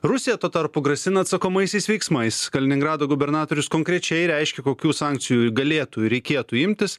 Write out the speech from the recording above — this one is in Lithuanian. rusija tuo tarpu grasina atsakomaisiais veiksmais kaliningrado gubernatorius konkrečiai reiškia kokių sankcijų galėtų ir reikėtų imtis